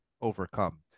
overcome